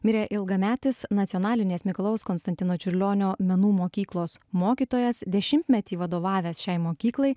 mirė ilgametis nacionalinės mikalojaus konstantino čiurlionio menų mokyklos mokytojas dešimtmetį vadovavęs šiai mokyklai